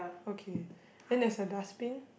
okay then there's a dustbin